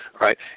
Right